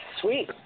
Sweet